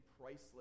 priceless